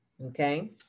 okay